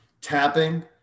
tapping